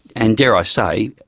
and dare i say,